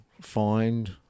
find